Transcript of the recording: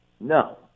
no